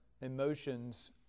emotions